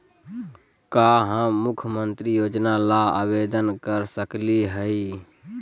का हम मुख्यमंत्री योजना ला आवेदन कर सकली हई?